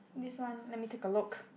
this one let me take a look